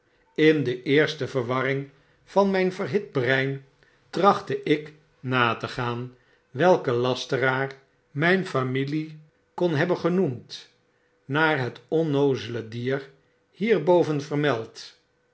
in de eerste verwarring van mijn verhit brein trachtte ik na te gaan welke lasteraar myn familie kon hebben genoemd naar het onnoozele dier hierboven vermeld